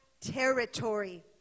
territory